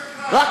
אתה שקרן.